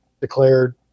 declared